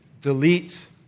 delete